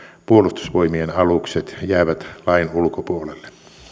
puolustusvoimien alukset jäävät lain ulkopuolelle